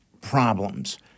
problems